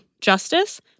Justice